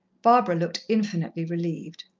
barbara looked infinitely relieved.